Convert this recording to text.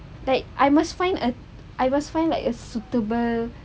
like I must find a I must find like a suitable